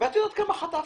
ואת יודעת כמה חטפתי,